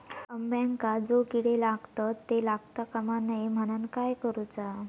अंब्यांका जो किडे लागतत ते लागता कमा नये म्हनाण काय करूचा?